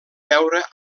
veure